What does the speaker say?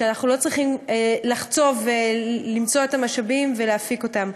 שאנחנו לא צריכים לחצוב ולמצוא את המשאבים ולהפיק אותם.